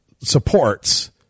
supports